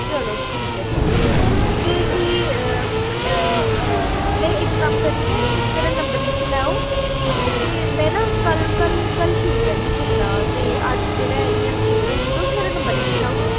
चलो ठीक ऐ ठीक ऐ ते फ्ही में इक कम्म करनी आं तुस मेरा नंबर लिखी लैओ ते में ना कल्ल कल्ल कल्ल शुरू करगी घुम्मना ते अज्ज जेह्ड़ा ऐ इ'यां बी चिर होई दा तुस मेरा नंबर लिखी लैओ हां